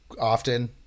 often